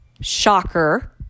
Shocker